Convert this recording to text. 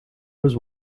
was